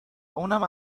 اونم